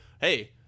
hey